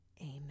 Amen